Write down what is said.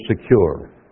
secure